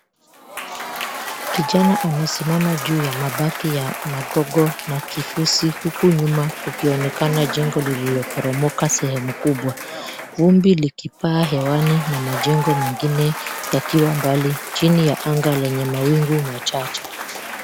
Kijana amesimama juu ya mabaki ya magogo na kifusi, huku nyuma kukionekana jengo lililoporomoka sehemu kubwa. Vumbi likipaa hewani, na majengo mengine yakiwa mbali. Chini ya anga lenye mawingu machache.